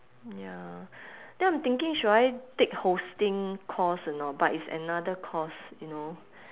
ya then I'm thinking should I take hosting course or not but it's another course you know